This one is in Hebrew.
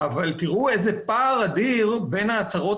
אבל תראו איזה פער אדיר בין ההצהרות